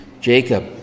Jacob